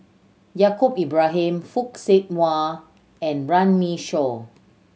Yaacob Ibrahim Fock Siew Wah and Runme Shaw